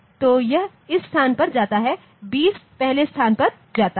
तो यह इस स्थान पर जाता है 20 अगले स्थान पर जाता है